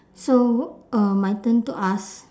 so uh my turn to ask